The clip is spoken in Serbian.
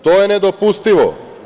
To je nedopustivo.